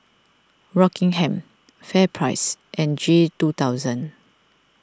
Rockingham FairPrice and G two thousand